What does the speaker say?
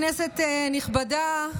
כנסת נכבדה,